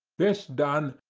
this done,